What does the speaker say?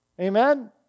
Amen